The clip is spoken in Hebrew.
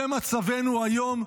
זה מצבנו היום,